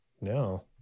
No